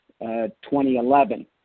2011